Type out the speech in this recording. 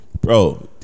bro